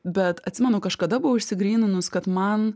bet atsimenu kažkada buvau išsigryninus kad man